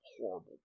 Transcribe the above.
horrible